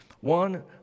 One